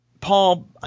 Paul